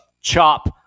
CHOP